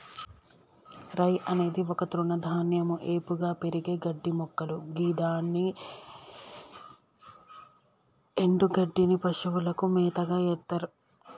రై అనేది ఒక తృణధాన్యం ఏపుగా పెరిగే గడ్డిమొక్కలు గిదాని ఎన్డుగడ్డిని పశువులకు మేతగ ఎత్తర్